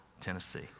Tennessee